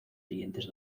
siguientes